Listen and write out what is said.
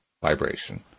vibration